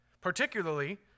Particularly